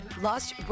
Lost